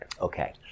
Okay